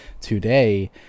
Today